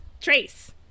Trace